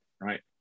right